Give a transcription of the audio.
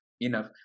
enough